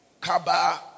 Kaba